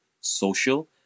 social